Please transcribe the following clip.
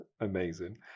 Amazing